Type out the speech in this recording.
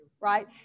right